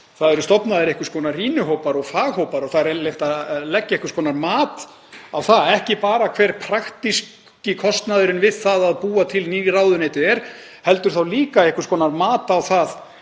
Það eru stofnaðir einhvers konar rýnihópar og faghópar og það er eðlilegt að leggja einhvers konar mat á það hver praktíski kostnaðurinn við það að búa til ný ráðuneyti er og ekki bara það heldur líka einhvers konar mat á það